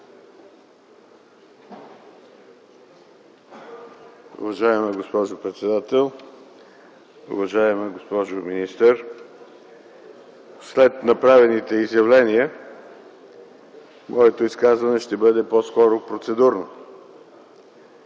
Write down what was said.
Уважаема госпожо председател, уважаема госпожо министър, след направените изявления моето изказване ще бъде по-скоро процедурно.